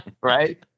right